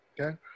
Okay